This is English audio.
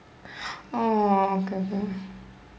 oh okay okay